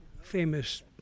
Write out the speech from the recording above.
famous